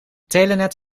telenet